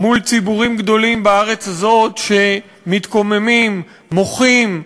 מול ציבורים גדולים בארץ הזאת שמתקוממים, מוחים,